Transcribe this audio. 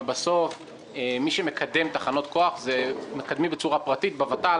אבל בסוף מי שמקדם תחנות כוח מקדמים בצורה פרטית בוות"ל,